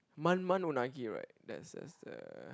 Man-man-Unagi right that's that's the